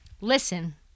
Listen